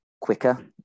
quicker